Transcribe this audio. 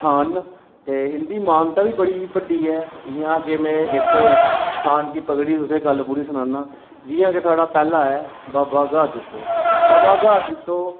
स्थान न ते इंदी मानता बी बड़ी होंदी ऐ जि'यां के में इक स्थान गी पकड़ी तुसेंगी गल्ल पूरी सनानां जि'यां केह् साढ़ा पैह्ला ऐ बाबा ग्हार जित्तो